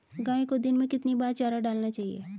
गाय को दिन में कितनी बार चारा डालना चाहिए?